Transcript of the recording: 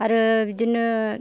आरो बिदिनो